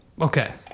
Okay